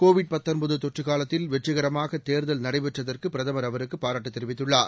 Covid தொற்றுகாலத்தில் வெற்றிகரமாகதேர்தல் நடைபெற்றதற்குபிரதமர் அவருக்குபாராட்டுத் தெரிவித்துள்ளார்